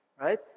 right